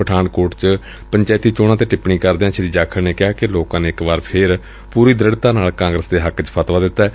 ਪਠਾਨਕੋਟ ਚ ਪੰਚਾਇਤੀ ਚੋਣਾ ਤੇ ਟਿੱਪਣੀ ਕਰਦਿਆਂ ਸ੍ਰੀ ਜਾਖੜ ਨੇ ਕਿਹਾ ਕਿ ਲੋਕਾਂ ਨੇ ਇਕ ਵਾਰ ਫਿਰ ਪੂਰੀ ਦ੍ਰਿੜ੍ਹਤਾ ਨਾਲ ਕਾਗਰਸ ਦੇ ਹੱਕ ਚ ਫਤਵਾ ਦਿੱਤੈ